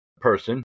person